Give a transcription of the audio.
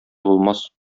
булмас